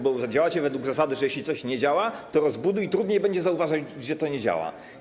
Bo działacie według zasady, że jeśli coś nie działa, to rozbuduj i trudniej będzie zauważyć, że to nie działa.